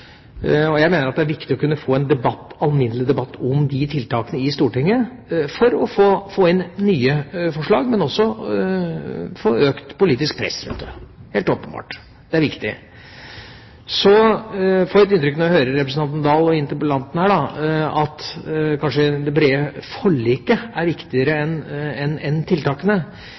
er viktig å kunne få en alminnelig debatt om de tiltakene i Stortinget for å få inn nye forslag, men også få økt politisk press mot det, helt åpenbart. Det er viktig. Så får jeg et inntrykk av når jeg hører på interpellanten Oktay Dahl, at kanskje det brede forliket er viktigere enn